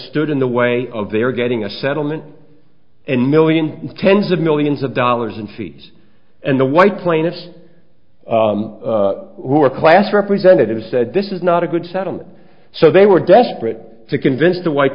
the way of their getting a settlement and millions tens of millions of dollars in fees and the white plaintiffs who are class representative said this is not a good settlement so they were desperate to convince the white